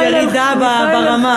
ירידה ברמה.